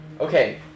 Okay